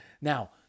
now